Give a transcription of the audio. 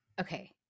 Okay